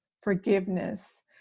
forgiveness